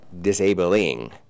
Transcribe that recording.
disabling